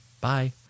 Bye